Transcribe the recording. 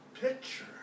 picture